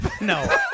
No